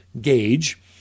gauge